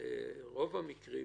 ברוב המקרים,